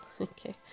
Okay